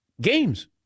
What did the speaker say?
Games